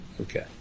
okay